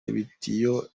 ibitiyo